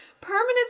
permanent